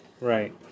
Right